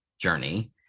journey